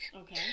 Okay